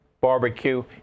barbecue